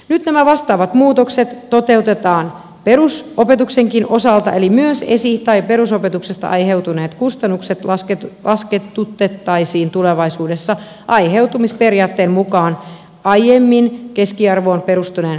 nyt nämä vastaavat muutokset toteutetaan perusopetuksenkin osalta eli myös esi tai perusopetuksesta aiheutuneet kustannukset laskutettaisiin tulevaisuudessa aiheuttamisperiaatteen mukaan aiemmin keskiarvoon perustuneen laskentamallin sijasta